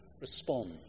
respond